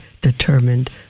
determined